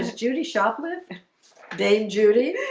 judi shoplet dame judi.